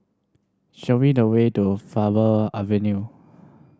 show me the way to Faber Avenue